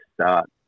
start